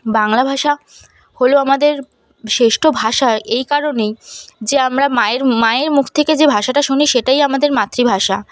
বাংলা ভাষা হল আমাদের শ্রেষ্ঠ ভাষা এই কারণেই যে আমরা মায়ের মায়ের মুখ থেকে যে ভাষাটা শুনি সেটাই আমাদের মাতৃভাষা